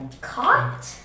caught